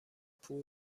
پول